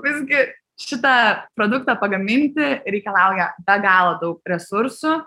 visgi šitą produktą pagaminti reikalauja be galo daug resursų